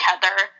together